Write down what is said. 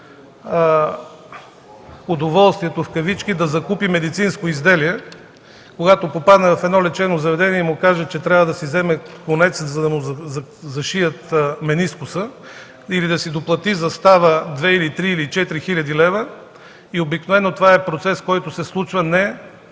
„удоволствието” да закупи медицинско изделие, когато попадне в едно лечебно заведение и му кажат, че трябва да си вземе конец, за да му зашият менискуса или да си доплати за става 2, 3 или 4 хил. лв. Обикновено това е процес, който се случва не